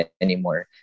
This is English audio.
anymore